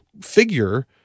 figure